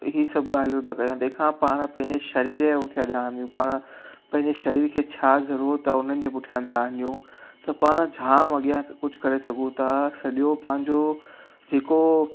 ही सभु ॻाल्हियूं था कयूं तंहिं खां पाणि पंहिंजे सरीर जे पुठिया ध्यानु ॾियूं पाणि पंहिंजे सरीर खे छा ज़रूरत आहे हुननि जे पुठिया ध्यानु ॾियूं त पाणि जाम अॻियां कुझु करे सघूं था सॼो पंहिंजो जेको